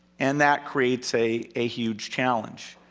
and that creates a a huge challenge.